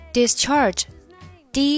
discharged